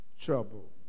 trouble